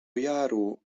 jaru